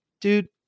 dude